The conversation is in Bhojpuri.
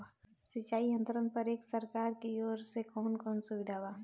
सिंचाई यंत्रन पर एक सरकार की ओर से कवन कवन सुविधा बा?